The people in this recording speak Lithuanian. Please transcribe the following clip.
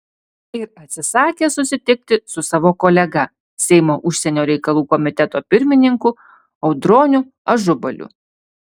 ir atsisakė susitikti su savo kolega seimo užsienio reikalų komiteto pirmininku audroniu ažubaliu